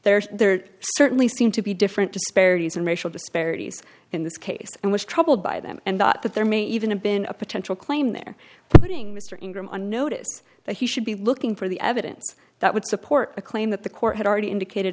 there there certainly seem to be different disparities and racial disparities in this case and was troubled by them and that that there may even a been a potential claim there letting mr ingram on notice that he should be looking for the evidence that would support a claim that the court had already indicated